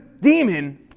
demon